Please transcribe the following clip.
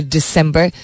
December